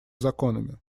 законами